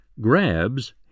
GRABS